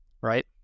right